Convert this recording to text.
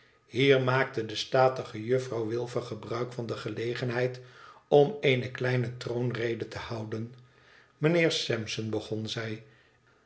hier maakte de statige juffirouw wilfer gebruik van de gelegenheid om ene kleine troonrede te houden mijnheer sampson begon zij